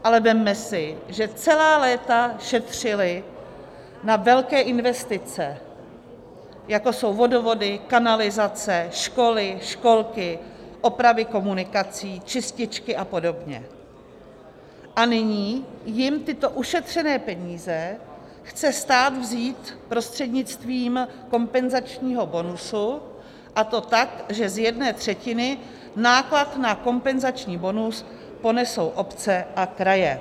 Ale vezměme si, že celá léta šetřily na velké investice, jako jsou vodovody, kanalizace, školy, školky, opravy komunikací, čističky a podobně, a nyní jim tyto ušetřené peníze chce stát vzít prostřednictvím kompenzačního bonusu, a to tak, že z jedné třetiny náklad na kompenzační bonus ponesou obce a kraje?